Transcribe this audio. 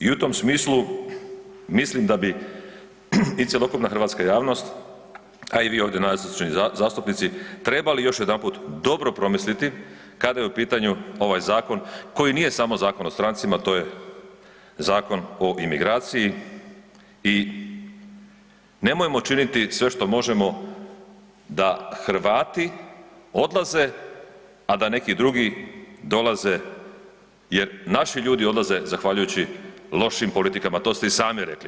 I u tom smislu mislim da bi i cjelokupna hrvatska javnost, a i vi ovdje nazočni zastupnici trebali još jedanput dobro promisliti kada je u pitanju ovaj zakon koji nije samo Zakon o strancima, to je Zakon o imigraciji i nemojmo činiti sve što možemo da Hrvati odlaze, a da neki drugi dolaze jer naši ljudi odlaze zahvaljujući lošim politikama, to ste i sami rekli.